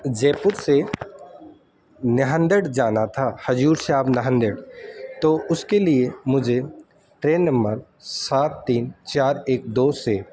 جے پور سے ناندیڑھ جانا تھا حضور صاحب ناندیڑھ تو اس کے لیے مجھے ٹرین نمبر سات تین چار ایک دو سے